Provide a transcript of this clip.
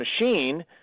machine